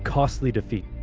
costly defeat.